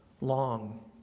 long